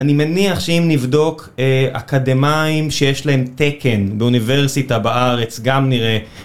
אני מניח שאם נבדוק אקדמאים שיש להם תקן באוניברסיטה בארץ גם נראה